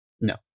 No